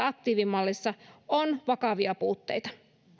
aktiivimallissa on vakavia puutteita